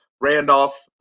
Randolph